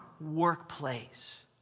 workplace